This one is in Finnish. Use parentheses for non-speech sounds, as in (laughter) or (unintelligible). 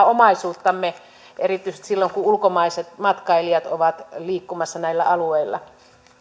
(unintelligible) omaisuuttamme erityisesti silloin kun ulkomaiset matkailijat ovat liikkumassa näillä alueilla